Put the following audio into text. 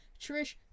trish